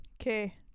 okay